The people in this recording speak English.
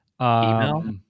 Email